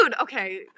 okay